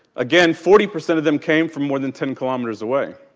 again forty percent of them came from more than ten kilometres away.